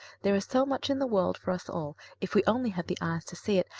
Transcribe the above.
there is so much in the world for us all if we only have the eyes to see it,